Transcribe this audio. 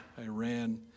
Iran